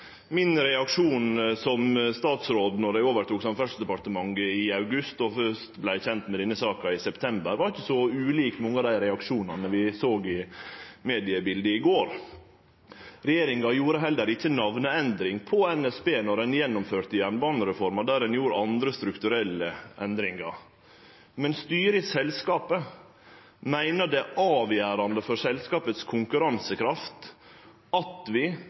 Min reaksjon som statsråd då eg tok over Samferdselsdepartementet i august og vart kjent med denne saka i september, var ikkje så ulik mange av dei reaksjonane vi såg i mediebildet i går. Regjeringa endra heller ikkje namnet til NSB då ein gjennomførte jernbanereforma, då ein gjorde andre strukturelle endringar. Men styret i selskapet meiner det er avgjerande for konkurransekrafta til selskapet at vi